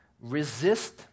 resist